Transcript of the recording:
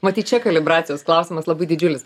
matyt čia kalibracijos klausimas labai didžiulis